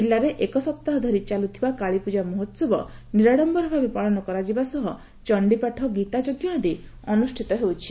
କିଲ୍ଲାରେ ଏକ ସପ୍ତାହ ଧରି ଚାଲିଥିବା କାଳୀପ୍ଟଜା ମହୋହବ ନିରାଡମ୍ୟର ଭାବେ ପାଳନ କରାଯିବା ସହ ଚଣ୍ଡୀପାଠ ଗୀତାଯଙ୍କ ଆଦି ଅନୁଷ୍ଠିତ ହେଉଛି